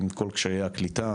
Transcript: עם כל קשיי הקליטה,